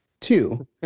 Two